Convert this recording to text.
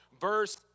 verse